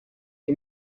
che